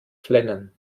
flennen